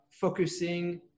focusing